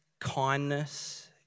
kindness